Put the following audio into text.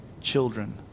children